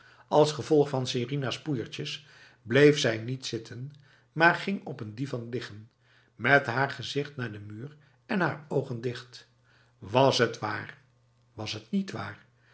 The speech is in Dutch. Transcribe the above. als gevolg van sarinahs poeiertjes bleef zij niet zitten maar ging op een divan liggen met haar gezicht naar de muur en haar ogen dicht was het waar was het niet waar